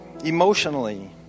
emotionally